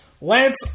Lance